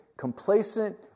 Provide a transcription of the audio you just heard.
complacent